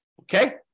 okay